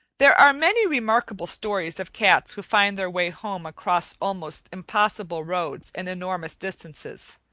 there are many remarkable stories of cats who find their way home across almost impossible roads and enormous distances.